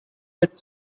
that